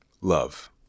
Love